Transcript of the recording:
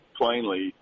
plainly